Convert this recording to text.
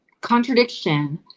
contradiction